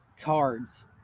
cards